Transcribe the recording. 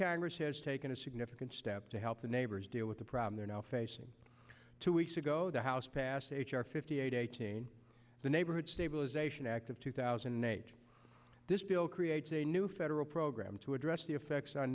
carriage has taken a significant step to help the neighbors deal with the problem they're now facing two weeks ago the house passed h r fifty eight eighteen the neighborhood stabilization act of two thousand and eight this bill creates a new federal program to address the effects on